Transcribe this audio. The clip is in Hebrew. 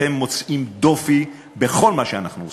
אתם מוצאים דופי בכל מה שאנחנו עושים.